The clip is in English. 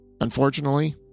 Unfortunately